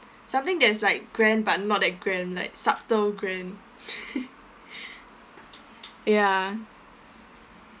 something that is like grand but not that grand like subtle grand ya